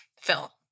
Phil